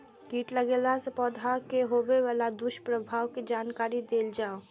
कीट लगेला से पौधा के होबे वाला दुष्प्रभाव के जानकारी देल जाऊ?